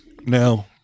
Now